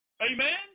Amen